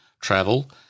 travel